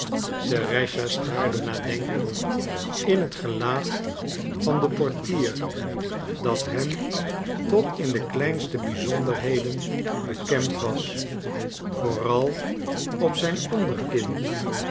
serëscha staarde nadenkend in het gelaat van den portier dat hem tot in de kleinste bizonderheden bekend was vooral op zijn onderkin